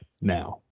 now